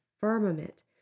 firmament